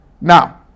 Now